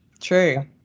True